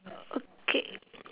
okay